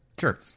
Sure